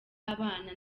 abana